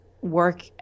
work